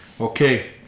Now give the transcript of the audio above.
Okay